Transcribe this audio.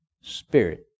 spirit